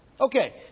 Okay